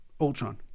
Ultron